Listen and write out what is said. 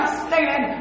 stand